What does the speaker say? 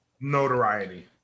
Notoriety